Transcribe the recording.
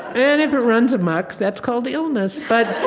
and if it runs amok, that's called illness but,